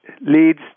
leads